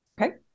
Okay